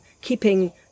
keeping